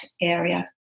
area